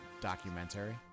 documentary